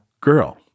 girl